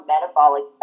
metabolic